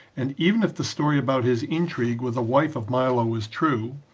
and even if the story about his intrigue with the wife of milo is true,